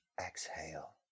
exhale